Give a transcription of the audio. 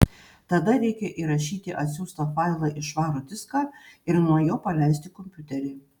tada reikia įrašyti atsiųstą failą į švarų diską ir nuo jo paleisti kompiuterį